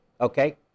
okay